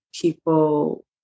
people